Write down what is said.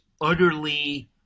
utterly